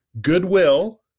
goodwill